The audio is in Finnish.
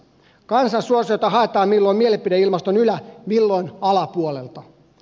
kansansuosiota haetaan milloin mielipideilmaston ylä milloin alapuolelta